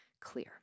clear